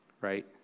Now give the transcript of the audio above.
Right